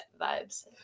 vibes